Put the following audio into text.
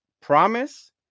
promise